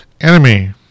Enemy